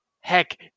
Heck